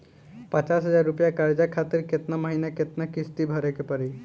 पचास हज़ार रुपया कर्जा खातिर केतना महीना केतना किश्ती भरे के पड़ी?